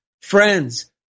friends